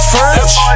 French